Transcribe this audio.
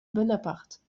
bonaparte